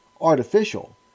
Artificial